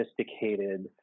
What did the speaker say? sophisticated